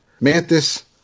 Mantis